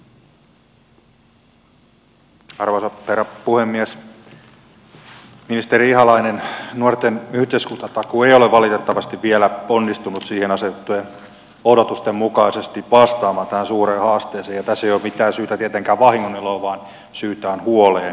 ministeri ihalainen nuorten yhteiskuntatakuu ei ole valitettavasti vielä onnistunut sille asetettujen odotusten mukaisesti vastaamaan tähän suureen haasteeseen ja tässä ei ole mitään syytä tietenkään vahingoniloon vaan syytä on huoleen